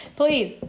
please